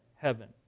heaven